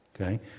Okay